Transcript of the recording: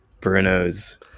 Bruno's